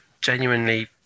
genuinely